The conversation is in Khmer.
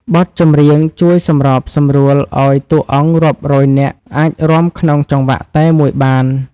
បទចម្រៀងជួយសម្របសម្រួលឱ្យតួអង្គរាប់រយនាក់ អាចរាំក្នុងចង្វាក់តែមួយបាន។